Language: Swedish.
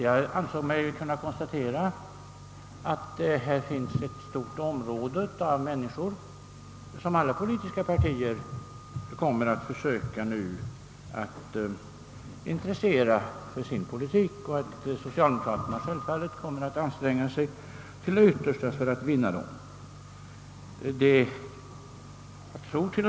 Jag ansåg mig kunna konstatera att här finns en stor kategori av människor, som alla politiska partier nu kommer att försöka intressera för sin politik och att socialdemokraterna självfallet kommer att anstränga sig till det yttersta för att vinna dem för sin sak.